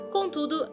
Contudo